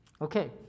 Okay